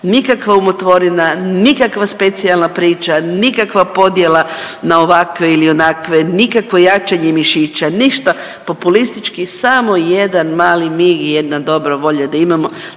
nikakva umotvorina, nikakva specijalna priča, nikakva podjela na ovakve ili onakve, nikakvo jačanje mišića, ništa populistički, samo jedan mali mig i jedna dobra volja da imamo